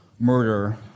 murder